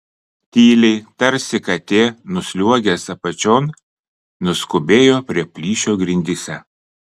tyliai tarsi katė nusliuogęs apačion nuskubėjo prie plyšio grindyse